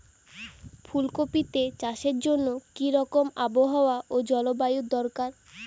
ফুল কপিতে চাষের জন্য কি রকম আবহাওয়া ও জলবায়ু দরকার?